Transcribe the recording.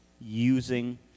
using